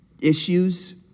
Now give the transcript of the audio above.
issues